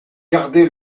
gardé